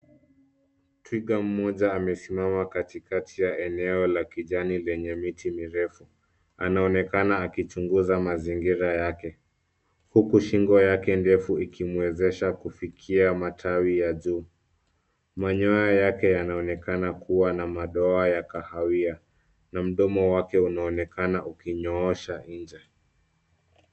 Twiga mmoja amesimama katikati ya eneo la kijani lenye miti mirefu. Anaonekana akichunguza mazingira yake, huku shingo yake ndefu ikimuwezesha kufikia matawi ya juu. Manyoya yake yanaonekana kua na madoa ya kahawia, na mdomo wake unaonekana ukinyoosha nje.